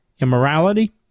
immorality